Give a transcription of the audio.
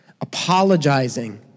apologizing